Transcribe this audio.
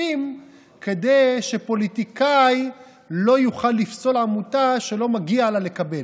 כספים כדי שפוליטיקאי לא יוכל לפסול עמותה שלא מגיע לה לקבל,